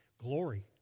Glory